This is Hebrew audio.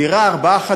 דירת ארבעה חדרים,